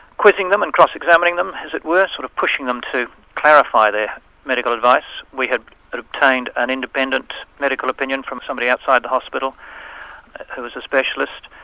quizzing them and cross-examining them, as it were, sort of pushing them to clarify their medical advice. we had obtained an independent medical opinion from somebody outside the hospital who was a specialist,